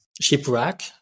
shipwreck